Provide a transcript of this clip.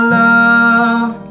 love